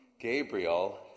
Gabriel